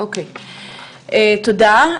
תודה.